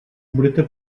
budete